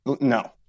no